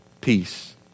peace